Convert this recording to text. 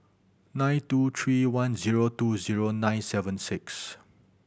nine two three one zero two zero nine seven six